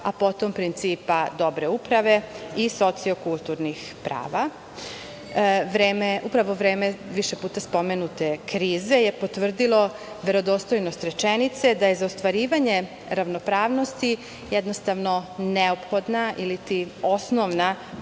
a potom principa dobre uprave i sociokulturnih prava. Upravo vreme više puta spomenute krize je potvrdilo verodostojnost rečenice da je za ostvarivanje ravnopravnosti jednostavno neophodna ili osnovna puna